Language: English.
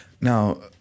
Now